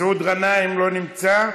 מסעוד גנאים, לא נמצא,